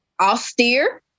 austere